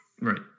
Right